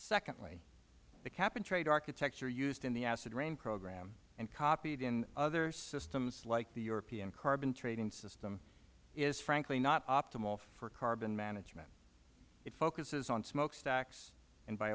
secondly the cap and trade architecture used in the acid rain program and copied in other systems like the european carbon trading system is frankly not optimal for carbon management it focuses on smokestacks and b